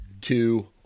two